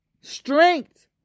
strength